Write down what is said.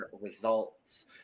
results